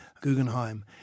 Guggenheim